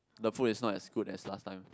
the food is not as good as last time